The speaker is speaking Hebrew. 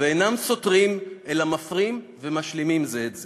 ואינם סותרים אלא מפרים ומשלימים זה את זה.